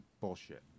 Bullshit